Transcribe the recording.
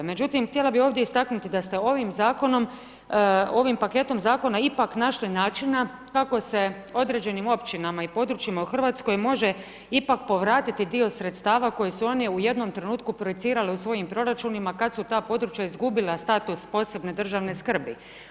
Međutim, htjela bih ovdje istaknuti da ste ovim Zakonom, ovim paketom Zakona ipak našli načina kako se određenim općinama i područjima u RH može ipak povratiti dio sredstava koji su oni u jednom trenutku projecirali u svojim proračunima kad su ta područja izgubila status posebne državne skrbi.